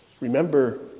Remember